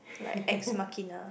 like ex machina